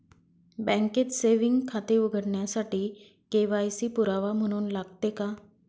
बँकेत सेविंग खाते उघडण्यासाठी के.वाय.सी पुरावा म्हणून लागते का?